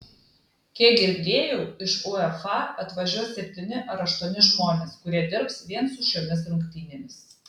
kiek girdėjau iš uefa atvažiuos septyni ar aštuoni žmonės kurie dirbs vien su šiomis rungtynėmis